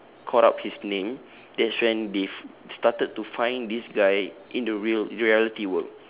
caught up his name that's when they f~ started to find this guy in the real reality world